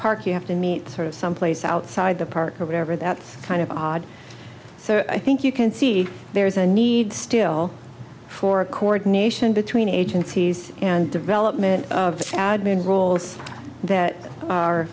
park you have to meet sort of someplace outside the park or whatever that's kind of odd so i think you can see there is a need still for a coordination between agencies and development of the admin roles that are